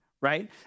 right